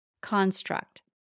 construct